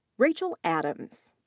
rachel adams.